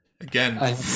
Again